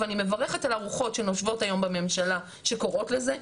ואני מברכת על הרוחות שנושבות היום בממשלה שקוראות לזה,